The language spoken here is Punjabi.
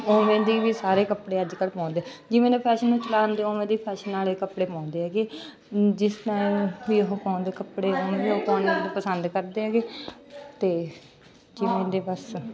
ਉਵੇਂ ਦੀ ਵੀ ਸਾਰੇ ਕੱਪੜੇ ਅੱਜ ਕੱਲ੍ਹ ਪਾਉਂਦੇ ਜਿਵੇਂ ਦੇ ਫੈਸ਼ਨ ਨੂੰ ਚਲਾ ਦਿੰਦੇ ਉਵੇਂ ਦੇ ਹੀ ਫੈਸ਼ਨ ਵਾਲੇ ਕੱਪੜੇ ਪਾਉਂਦੇ ਹੈਗੇ ਜਿਸ ਟਾਈਮ ਵੀ ਉਹ ਪਾਉਂਦੇ ਕੱਪੜੇ ਹੋਣਗੇ ਪਸੰਦ ਕਰਦੇ ਆਗੇ ਅਤੇ ਜਿਵੇਂ ਦੇ ਬਸ